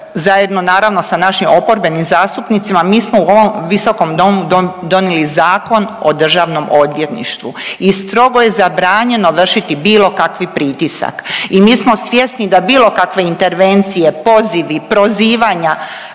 zajedno naravno sa našim oporbenim zastupnicima, mi smo u ovom visokom domu donijeli Zakon o Državnom odvjetništvu i strog je zabranjeno vršiti bilo kakvi pritisak. I mi smo svjesni da bilo kakve intervencije, pozivi, prozivanja